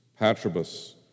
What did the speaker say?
Patrobus